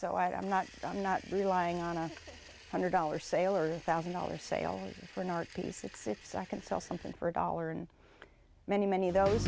so i'm not i'm not relying on a hundred dollar sailors thousand dollar sale for ne it's if i can sell something for a dollar and many many of those